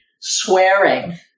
swearing